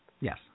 Yes